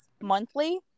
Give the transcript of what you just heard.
monthly